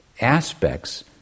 aspects